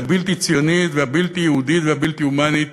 הבלתי-ציונית והבלתי-יהודית והבלתי-הומנית